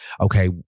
okay